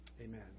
amen